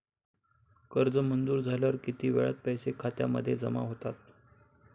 कर्ज मंजूर झाल्यावर किती वेळात पैसे खात्यामध्ये जमा होतात?